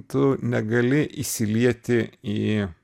tu negali įsilieti į